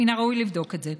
מן הראוי לבדוק את זה.